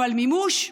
אבל מימוש,